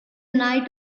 night